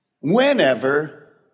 whenever